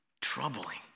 troubling